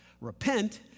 Repent